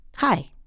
Hi